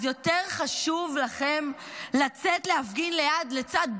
אז יותר חשוב לכם לצאת להפגין לצד ברק,